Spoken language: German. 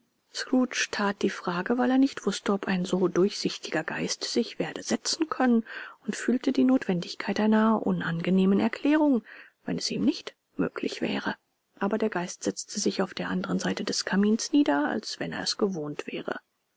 that die fragen weil er nicht wußte ob ein so durchsichtiger geist sich werde setzen können und fühlte die notwendigkeit einer unangenehmen erklärung wenn es ihm nicht möglich wäre aber der geist setzte sich auf der andern seite des kamins nieder als wenn er es gewohnt wäre